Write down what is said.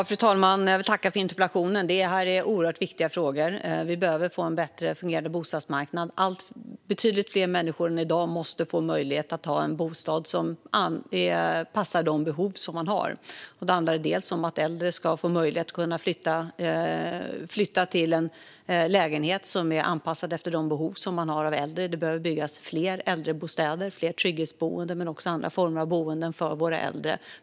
Fru talman! Jag vill tacka för interpellationen! Detta är oerhört viktiga frågor. Vi behöver få en bättre fungerande bostadsmarknad. Betydligt fler människor än i dag måste få möjlighet att ha en bostad som passar deras behov. Det handlar bland annat om att äldre ska få möjlighet att flytta till en lägenhet som är anpassad efter deras behov. Det behöver byggas fler äldrebostäder och trygghetsboenden men också andra former av boenden för våra äldre.